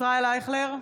ישראל אייכלר,